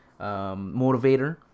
motivator